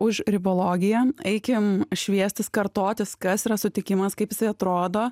už ribologiją eikim šviestis kartotis kas yra sutikimas kaip jisai atrodo